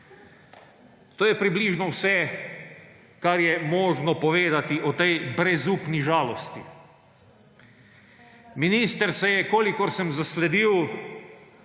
To je približno vse, kar je možno povedati o tej brezupni žalosti.